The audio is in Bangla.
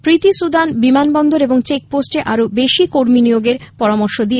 প্রীতি সুদান বিমানবন্দর এবং চেক পোস্টে আরো বেশী কর্মী নিয়োগের পরামর্শ দেন